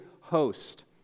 host